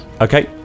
Okay